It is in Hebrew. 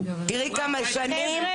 תראי כמה שנים.